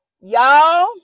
Y'all